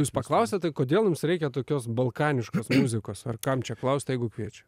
jūs paklausiat tai kodėl jums reikia tokios balkaniškos muzikos ar kam čia klaust jeigu kviečia